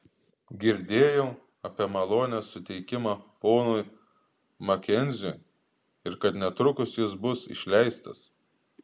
girdėjau apie malonės suteikimą ponui makenziui ir kad netrukus jis bus išleistas